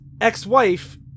ex-wife